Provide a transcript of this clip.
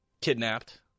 kidnapped